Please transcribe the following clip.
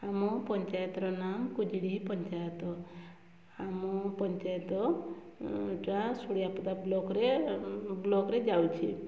ଆମ ପଞ୍ଚାୟତର ନାଁ କୁଜିଡ଼ୀ ପଞ୍ଚାୟତ ଆମ ପଞ୍ଚାୟତ ସୁଡ଼ିଆ ପଦା ବ୍ଲକରେ ବ୍ଲକରେ ଯାଉଛି